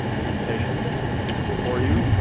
presentation for you.